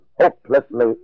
hopelessly